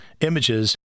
images